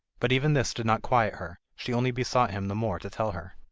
but even this did not quiet her she only besought him the more to tell her.